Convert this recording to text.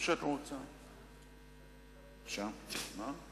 אדוני השר, אני רוצה לשאול שאלה לגבי מה שאמרת